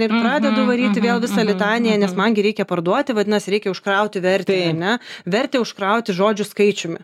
ir pradedu varyti vėl visą litaniją nes man gi reikia parduoti vadinas reikia užkrauti vertę ar ne vertę užkrauti žodžių skaičiumi